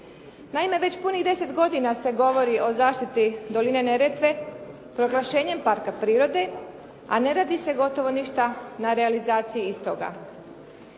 Naime, već punih 10 godina se govori o zaštiti doline Neretve proglašenjem parka prirode, a ne radi se gotovo ništa na realizaciji istoga.